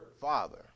Father